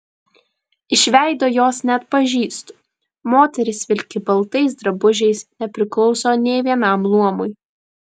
iš veido jos neatpažįstu moteris vilki baltais drabužiais nepriklauso nė vienam luomui